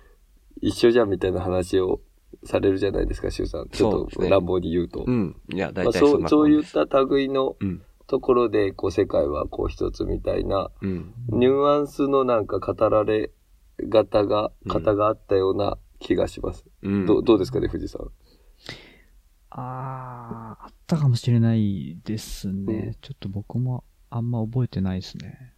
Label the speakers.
Speaker 1: 一緒じゃんみたいな話をされるじゃないですか、シュウさん。ちょっと
Speaker 2: そうですね。
Speaker 1: 乱暴に言うと。
Speaker 2: うん。いや、
Speaker 1: まあ、
Speaker 2: 大体そんな
Speaker 1: そう-
Speaker 2: もんです。
Speaker 1: そういった類の
Speaker 2: うん。
Speaker 1: ところで、こう、世界はこう一つみたいな
Speaker 2: うん。
Speaker 1: ニュアンスのなんか語られ方が- 方があったような気がします。
Speaker 2: うん。
Speaker 1: どう- どうですかね、藤井さん。
Speaker 3: あー、あったかもしれないですね。
Speaker 1: うん。
Speaker 3: ちょっと僕もあんま覚えてないですね。